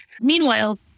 Meanwhile